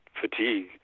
fatigue